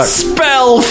spell